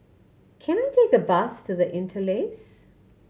can I take a bus to The Interlace